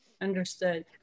Understood